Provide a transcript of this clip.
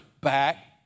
back